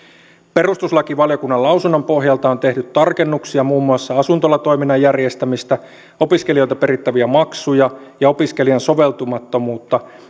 perustuslakivaliokunnan lausunnon pohjalta on tehty tarkennuksia muun muassa asuntolatoiminnan järjestämistä opiskelijoilta perittäviä maksuja ja opiskelijan soveltumattomuutta